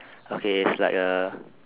okay it's like a